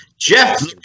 Jeff